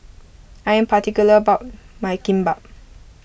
I am particular about my Kimbap